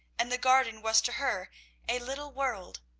and the garden was to her a little world.